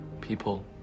people